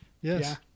Yes